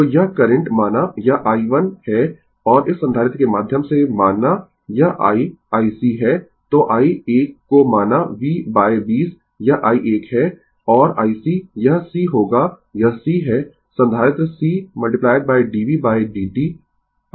तो यह करंट माना यह i 1 है और इस संधारित्र के माध्यम से माना यह iic है तो i 1 को माना v 20 यह i 1 है और ic यह c होगा यह c है संधारित्र c dV dt